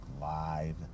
live